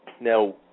Now